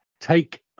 take